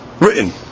Written